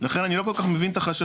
לכן אני לא כל כך מבין את החששות.